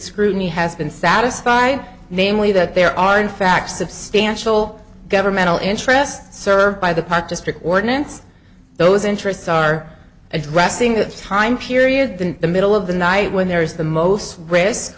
scrutiny has been satisfied namely that there are in fact substantial governmental interests served by the park district ordinance those interests are addressing the time period than the middle of the night when there is the most r